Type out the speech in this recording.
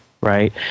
right